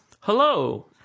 Hello